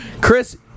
Chris